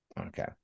okay